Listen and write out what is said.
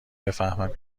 بفهمم